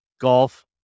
Golf